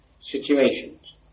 situations